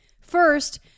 first